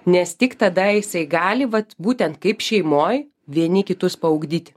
nes tik tada jisai gali vat būtent kaip šeimoj vieni kitus paugdyti